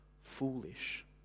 foolish